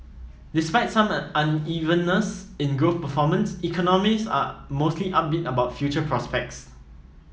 despite some unevenness in growth performance economists are mostly upbeat about future prospects